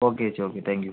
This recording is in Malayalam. ഓക്കെ ചേച്ചി ഓക്കെ താങ്ക്യൂ